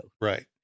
Right